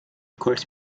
court